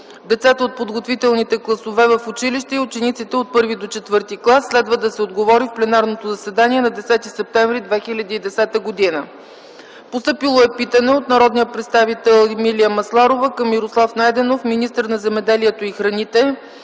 децата от подготвителните класове в училище и учениците от първи до четвърти клас”. Следва да се отговори в пленарното заседание на 10 септември 2010 г. Питане от народния представител Емилия Масларова към Мирослав Найденов – министър на земеделието и храните,